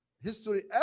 history